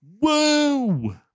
Woo